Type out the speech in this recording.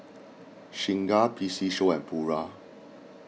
Singha P C Show and Pura